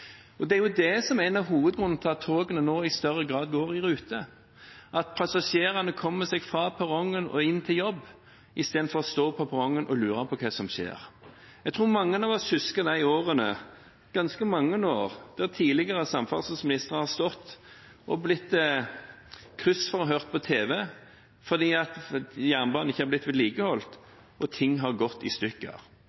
av hovedgrunnene til at togene nå i større grad er i rute, at passasjerene kommer seg fra perrongen og inn til jobb istedenfor å stå på perrongen og lure på hva som skjer. Jeg tror mange av oss husker de ganske mange årene da tidligere samferdselsministre sto og ble kryssforhørt på tv fordi jernbanen ikke var blitt vedlikeholdt